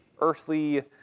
earthly